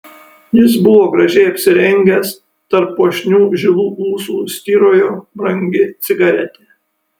jis buvo gražiai apsirengęs tarp puošnių žilų ūsų styrojo brangi cigaretė